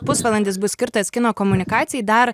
pusvalandis bus skirtas kino komunikacijai dar